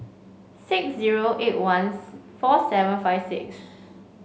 six zero eight one four seven five six